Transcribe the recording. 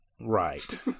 Right